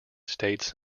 states